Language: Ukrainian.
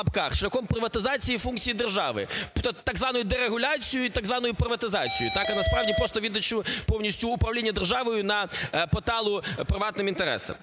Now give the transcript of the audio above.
шляхом приватизації функцій держави, так званою дерегуляцією і так званою приватизацію, а так на справді просто віддаючи повністю управління державою на поталу приватним інтересам.